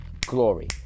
Glory